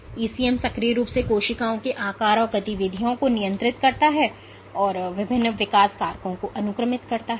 ECM सक्रिय रूप से कोशिकाओं के आकार और गतिविधियों को नियंत्रित करता है यह विभिन्न विकास कारकों को अनुक्रमित करता है